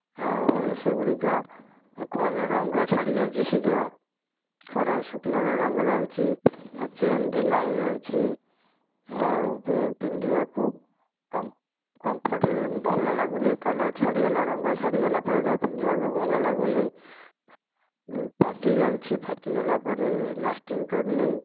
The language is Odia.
ଆଉ ସେଗୁଡ଼ିକ କଲର ରଙ୍ଗ ଛାଡ଼ି ଯାଉଛି ଶୀଘ୍ର ଖରାରେ ଶୁଖିଲା ବେଳେ ରଙ୍ଗ ଯାଉଛି ତା ଚେନ ଢିଲା ହୋଇଯାଉଛି ଆଉ ପିନ୍ଧିବାକୁ କମ୍ଫଟ ଭଲ ଲାଗୁନି କଲର ଛାଡ଼ିଗଲା ରଙ୍ଗ ଛାଡ଼ିଗଲା ପରେ ତାକୁ ପିନ୍ଧିବାକୁ ଭଲ ଲାଗୁ ନାହିଁ ଫାଟି ଯାଉଛି ଫାଟି ଗଲା ପରେ ଲାସ୍ଟିଂ କରୁନାଇଁ